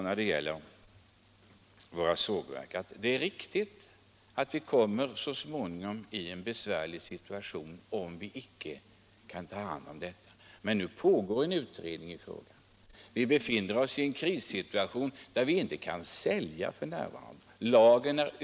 När det gäller våra sågverk är det riktigt att de så småningom kommer i en besvärlig situation om vi inte kan ta hand om dessa problem. Men en utredning pågår. Vi befinner oss f. n. i en krissituation med överfyllda lager.